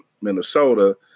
Minnesota